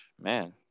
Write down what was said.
man